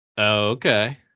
Okay